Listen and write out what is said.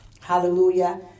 Hallelujah